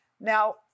now